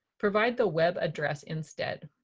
provide the web address instead.